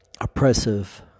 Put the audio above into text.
Oppressive